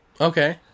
okay